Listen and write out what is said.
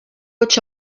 hots